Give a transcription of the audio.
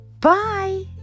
Bye